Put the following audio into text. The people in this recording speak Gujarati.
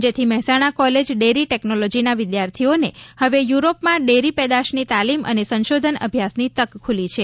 ત્યારે મહેસાણા કોલેજ ડેરી ટેકનોલોજીના વિદ્યાર્થીઓને હવે યુરોપમાં ડેરી પેદાશની તાલીમ અને સંશોધન અભ્યાસની તક ખુલી છે